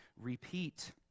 repeat